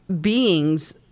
beings